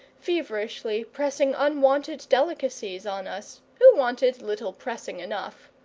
feverishly pressing unwonted delicacies on us, who wanted little pressing enough.